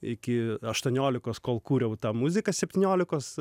iki aštuoniolikos kol kūriau tą muziką septyniolikos